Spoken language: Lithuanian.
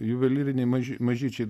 juvelyriniai maži mažyčiai